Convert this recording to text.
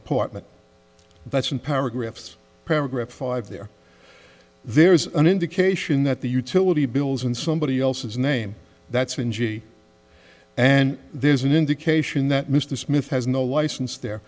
apartment that's in paragraphs paragraph five there there is an indication that the utility bills in somebody else's name that's wingy and there's an indication that mr smith has no license there